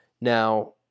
Now